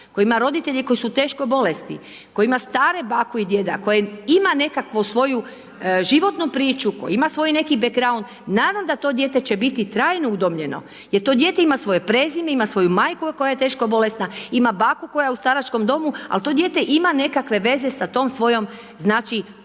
koje ima roditelje koji su teško bolesni, koje ima staru baku i djeda, koje ima nekakvu svoju životnu priču, koje ima svoj neki backround, naravno da to dijete će biti trajno udomljeno jer to dijete ima svoje prezime, ima svoju majku koja je teško bolesna, ima baku koja je u staračkom domu ali to dijete ima nekakve veze sa tom svojom